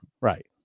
Right